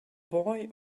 boy